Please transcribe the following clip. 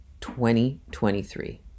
2023